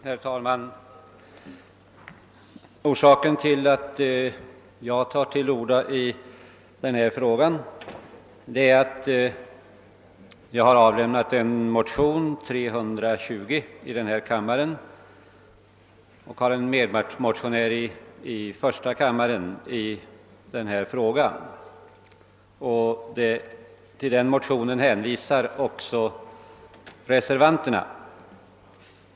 Herr talman! Anledningen till att jag tar till orda i denna fråga är att jag har väckt motionen 320 i denna kammare; i första kammaren har herr Schött väckt motionen 292 i samma fråga. Till dessa motioner hänvisas också i reservationen 7 a.